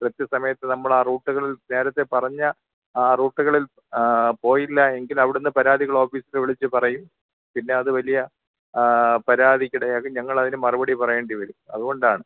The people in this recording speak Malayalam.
കൃത്യസമയത്ത് നമ്മൾ ആ റൂട്ടുകളിൽ നേരത്തെ പറഞ്ഞ ആ റൂട്ടുകളിൽ പോയില്ല എങ്കിൽ അവിടനിന്ന് പരാതികൾ ഓഫീസിൽ വിളിച്ചു പറയും പിന്നെ അത് വലിയ പരാതിക്കിടയാക്കും ഞങ്ങളതിന് മറുപടി പറയേണ്ടി വരും അതുകൊണ്ടാണ്